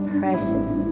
precious